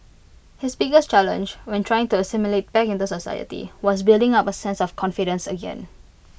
his biggest challenge when trying to assimilate back in the society was building up A sense of confidence again